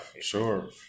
Sure